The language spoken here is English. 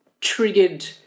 triggered